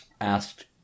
asked